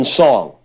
song